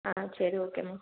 ஆ சரி okay ma'am